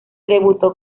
debutó